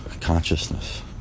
consciousness